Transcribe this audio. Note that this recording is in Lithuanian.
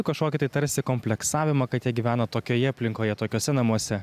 kašokį tai tarsi kompleksavimą kad jie gyvena tokioje aplinkoje tokiuose namuose